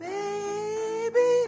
Baby